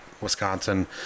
Wisconsin